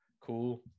cool